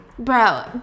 Bro